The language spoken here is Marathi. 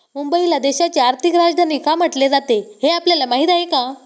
मुंबईला देशाची आर्थिक राजधानी का म्हटले जाते, हे आपल्याला माहीत आहे का?